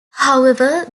however